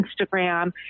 Instagram